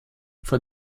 vor